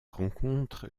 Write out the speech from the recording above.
rencontre